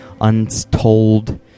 untold